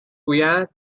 گوید